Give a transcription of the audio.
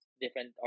different